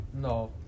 No